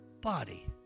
Body